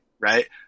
right